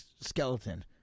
skeleton